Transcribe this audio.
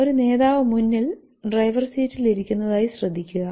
ഒരു നേതാവ് മുന്നിൽ ഡ്രൈവർ സീറ്റിൽ ഇരിക്കുന്നതായി ശ്രദ്ധിക്കുക